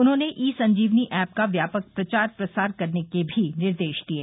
उन्होंने e Sanjeevani app का व्यापक प्रचार प्रसार करने के भी निर्देश दिये